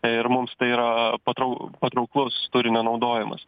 ir mums tai yra patrau patrauklus turinio naudojimas